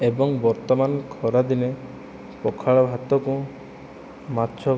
ଏବଂ ବର୍ତ୍ତମାନ ଖରା ଦିନେ ପଖାଳ ଭାତକୁ ମାଛ